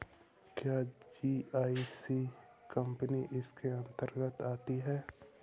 क्या GIC company इसके अन्तर्गत आती है?